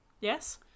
Yes